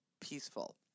peaceful